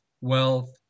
wealth